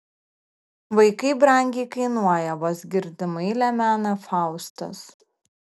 vaikai brangiai kainuoja vos girdimai lemena faustas